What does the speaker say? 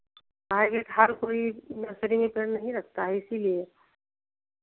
भाई हर कोई नर्सरी में पेड़ नहीं रखता है इसीलिए